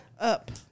up